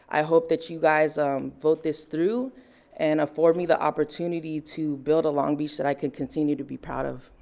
hope that you guys um vote this through and afford me the opportunity to build a long beach that i can continue to be proud of.